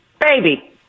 baby